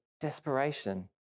desperation